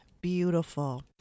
beautiful